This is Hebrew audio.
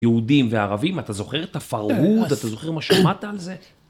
יהודים וערבים, אתה זוכר את הפרעות, אתה זוכר מה שמעת על זה?